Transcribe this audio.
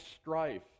strife